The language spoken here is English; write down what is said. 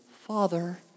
father